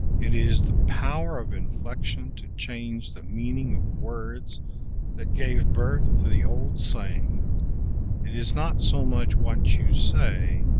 it is the power of inflection to change the meaning of words that gave birth to the old saying it is not so much what you say,